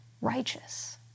righteous